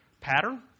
pattern